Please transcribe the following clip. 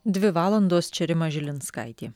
dvi valandos čia rima žilinskaitė